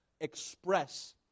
express